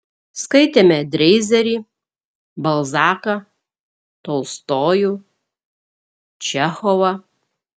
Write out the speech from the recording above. skaitėme dreizerį balzaką tolstojų čechovą